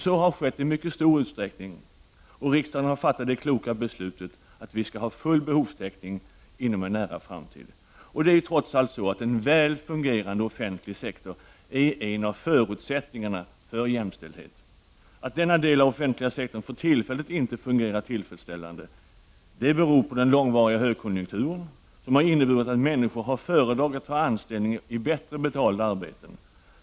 Så har skett i mycket stor omfattning. Riksdagen har fattat det kloka beslutet att vi skall klara full behovstäckning inom en nära framtid. En väl fungerande offentlig sektor är en av förutsättningarna för jämställdhet. Att denna del av den offentliga sektorn för tillfället inte fungerar helt tillfredsställande beror på den långvariga högkonjunkturen, som har inneburit att människor har föredragit att ta anställning i bättre betalda arbeten.